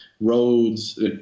roads